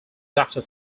doctor